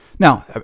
Now